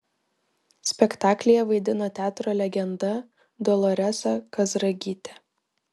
spektaklyje vaidino teatro legenda doloresa kazragytė